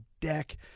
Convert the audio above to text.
deck